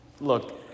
look